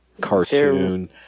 cartoon